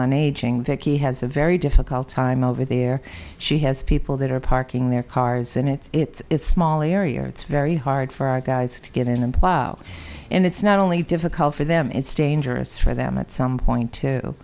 on aging vicki has a very difficult time over there she has people that are parking their cars and it's small area it's very hard for our guys to get in and plow and it's not only difficult for them it's dangerous for them at some point